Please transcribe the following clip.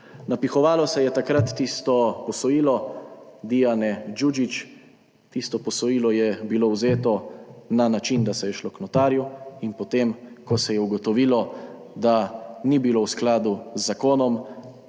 Napihovalo se je takrat tisto posojilo Dijane Đuđić, tisto posojilo je bilo vzeto na način, da se je šlo k notarju, in potem ko se je ugotovilo, da ni bilo v skladu z zakonom,